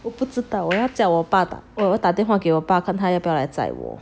我不知道我要叫我爸爸我要打电话给我爸看他要不要来载我